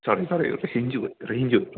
sorry സാറേ range പോയി range പോയി